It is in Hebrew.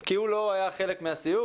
כי הוא לא היה חלק מהסיור.